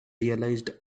realized